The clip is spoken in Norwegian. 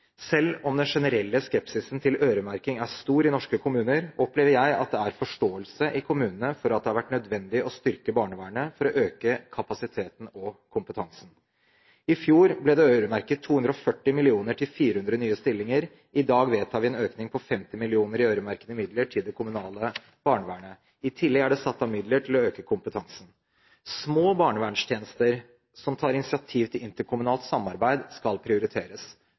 Selv om den generelle skepsisen til øremerking er stor i norske kommuner, opplever jeg at det er forståelse i kommunene for at det har vært nødvendig å styrke barnevernet for å øke kapasiteten og kompetansen. I fjor ble det øremerket 240 mill. kr til 400 nye stillinger. I dag vedtar vi en økning på 50 mill. kr i øremerkede midler til det kommunale barnevernet. I tillegg er det satt av midler til å øke kompetansen. Små barnevernstjenester som tar initiativ til interkommunalt samarbeid, skal prioriteres.